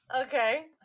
okay